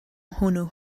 hwnna